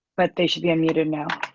but they should be unmuted now.